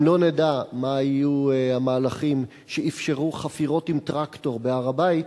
אם לא נדע מה היו המהלכים שאפשרו חפירות עם טרקטור בהר-הבית,